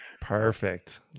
Perfect